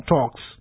Talks